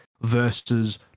versus